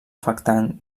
afectant